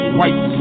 white